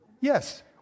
Yes